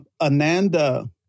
Ananda